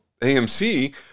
AMC